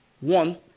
One